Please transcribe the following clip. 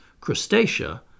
Crustacea